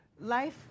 life